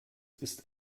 ist